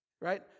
Right